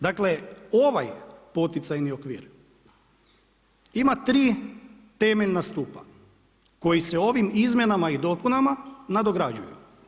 Dakle, ovaj poticajni okvir ima 3 temeljna stupa koji se ovim izmjenama i dopunama nadograđuje.